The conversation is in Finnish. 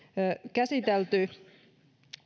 käsitelty